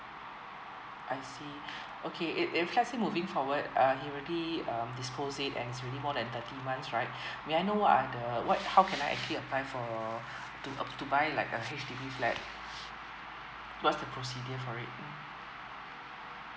I see okay if if lets say moving forward uh he already um dispose it and is already more than thirty months right may I know what are the what how can I actually apply for to uh to buy like a H_D_B flat what's the procedure for it